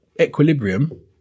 equilibrium